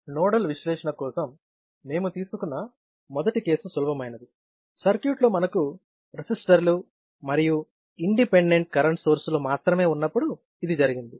nodal విశ్లేషణ కోసం మేము తీసుకున్న మొదటి కేసు సులభమైనది సర్క్యూట్లో మనకు రెసిస్టర్లు మరియు ఇండిపెండెంట్ కరెంట్ సోర్సులు మాత్రమే ఉన్నప్పుడు ఇది జరిగింది